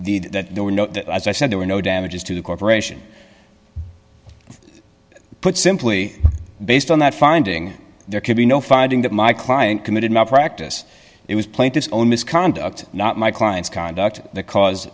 the that there were no as i said there were no damages to the corporation put simply based on that finding there could be no finding that my client committed malpractise it was plain to own misconduct not my client's conduct the cause